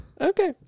Okay